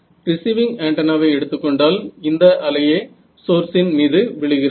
receiving ஆன்டென்னாவை எடுத்துக்கொண்டால் இந்த அலையே சோர்சின் மீது விழுகிறது